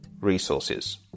Resources